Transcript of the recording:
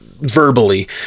verbally